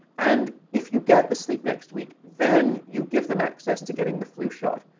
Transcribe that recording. and if you get the sleep next week, then you give them access to getting the flu shot.